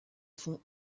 fond